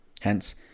Hence